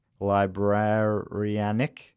Librarianic